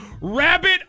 Rabbit